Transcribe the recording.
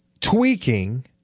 tweaking